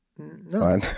No